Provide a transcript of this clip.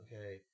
Okay